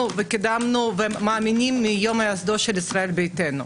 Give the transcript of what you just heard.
וקידמנו ומאמינים מיום היווסדו של ישראל ביתנו.